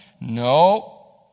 no